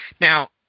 Now